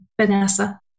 Vanessa